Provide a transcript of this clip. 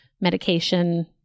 medication